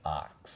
ox